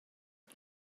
you